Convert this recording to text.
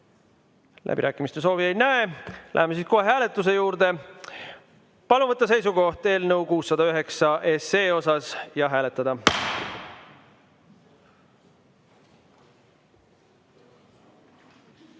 Läbirääkimiste soovi ei näe. Läheme siis kohe hääletuse juurde. Palun võtta seisukoht ja hääletada!